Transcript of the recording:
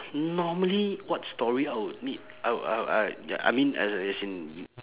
normally what story I would meet I'll I I ya I mean as as in